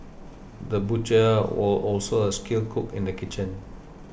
the butcher was also a skilled cook in the kitchen